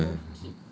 so what dah